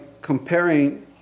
comparing